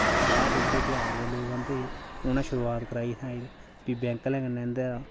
बाह्र दे जेह्के बिहार दे लोक आंदे उनें शुरुआत कराई इत्थें फ्ही बैंक आह्ले कन्नै इं'दे